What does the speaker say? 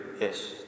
Yes